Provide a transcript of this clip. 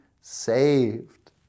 saved